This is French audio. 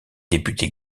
député